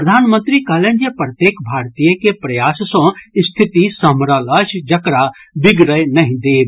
प्रधानमंत्री कहलनि जे प्रत्येक भारतीय के प्रयास सँ स्थिति सम्हरल अछि जकरा बिगड़य नहि देब